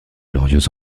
glorieuse